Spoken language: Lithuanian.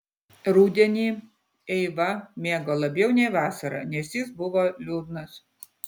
rudenį eiva mėgo labiau nei vasarą nes jis buvo liūdnas